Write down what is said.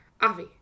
Avi